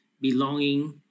belonging